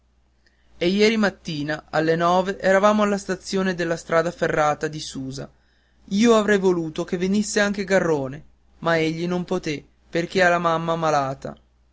e ieri mattina alle nove eravamo alla stazione della strada ferrata di susa io avrei voluto che venisse anche garrone ma egli non poté perché ha la mamma malata